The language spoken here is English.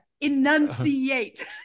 Enunciate